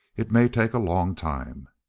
it may take a long time.